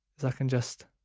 is i can just